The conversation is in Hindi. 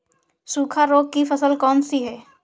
सूखा रोग की फसल कौन सी है?